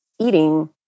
eating